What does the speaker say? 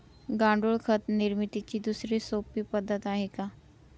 गांडूळ खत निर्मितीची दुसरी सोपी पद्धत आहे का?